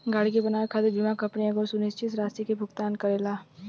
गाड़ी के बनावे खातिर बीमा कंपनी एगो सुनिश्चित राशि के भुगतान करेला